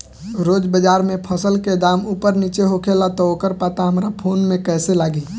रोज़ बाज़ार मे फसल के दाम ऊपर नीचे होखेला त ओकर पता हमरा फोन मे कैसे लागी?